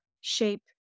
shape